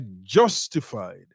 justified